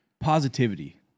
Positivity